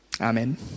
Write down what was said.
Amen